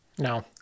No